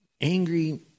angry